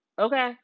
Okay